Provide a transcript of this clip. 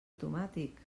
automàtic